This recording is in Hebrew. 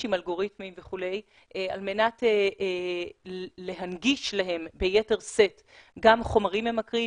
עם אלגוריתמים וכולי על מנת להנגיש להם ביתר שאת גם חומרים ממכרים,